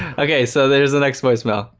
okay, so there's a next place mel,